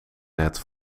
net